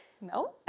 no